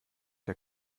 der